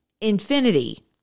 infinity